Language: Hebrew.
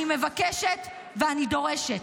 אני מבקשת, אני דורשת,